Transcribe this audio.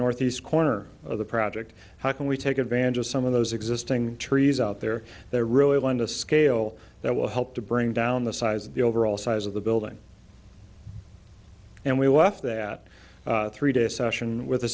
northeast corner of the project how can we take advantage of some of those existing trees out there there really lend a scale that will help to bring down the size of the overall size of the building and we were off that three day session with a